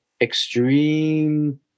extreme